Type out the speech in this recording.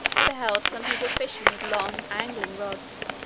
i beheld some people fishing with long angling rods,